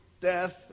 death